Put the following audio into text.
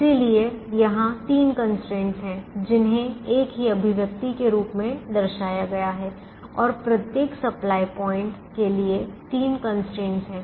इसलिए यहाँ तीन कंस्ट्रेंट्स हैं जिन्हें एक ही अभिव्यक्ति के रूप में दर्शाया गया है और प्रत्येक सप्लाई प्वाइंट के लिए तीन कंस्ट्रेंट्स हैं